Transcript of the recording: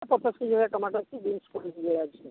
ଆ ପଚାଶ କିଲିଆ ଟମାଟୋ ଅଛି ବିନ୍ସ କୋଡ଼ିଏ କିଲିଆ ଅଛି